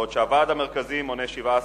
בעוד הוועד המרכזי מונה 17 חברים,